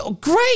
great